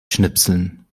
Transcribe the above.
schnipseln